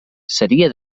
seria